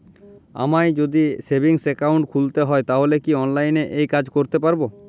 আমায় যদি savings account খুলতে হয় তাহলে কি অনলাইনে এই কাজ করতে পারবো?